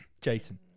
Jason